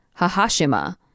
Hahashima